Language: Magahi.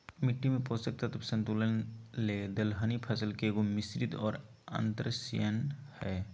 मिट्टी में पोषक तत्व संतुलन ले दलहनी फसल के एगो, मिश्रित और अन्तर्शस्ययन हइ